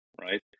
right